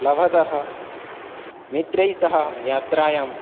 लभतः मित्रैस्सह यात्रायाम्